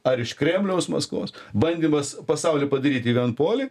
ar iš kremliaus maskvos bandymas pasaulį padaryti vienpolį